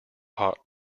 hot